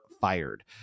fired